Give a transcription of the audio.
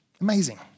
Amazing